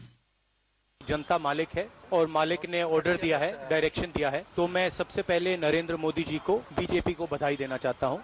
bite जनता मालिक है और मालिक ने आर्डर दिया है डायरेक्शन दिया है तो मैं सबसे पहले नरेन्द्र मोदी जी को बीजेपी को बधाई देना चाहता हूं